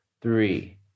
three